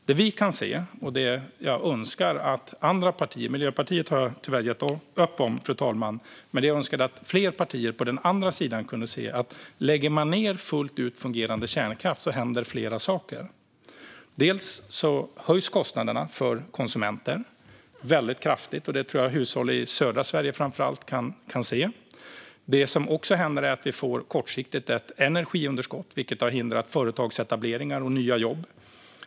Det vi kan se och det jag önskar att fler partier på den andra sidan kunde se - Miljöpartiet har jag tyvärr gett upp om - är att lägger man ned fullt ut fungerande kärnkraft händer flera saker. Kostnaderna för konsumenten ökar väldigt kraftigt, och det tror jag att hushåll i framför allt södra Sverige har kunnat se. Det som också händer är att vi kortsiktigt får energiunderskott, vilket har hindrat företagsetableringar och nya jobb.